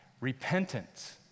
repentance